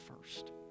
first